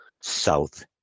south